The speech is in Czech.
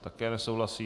Také nesouhlasí.